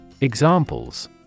EXAMPLES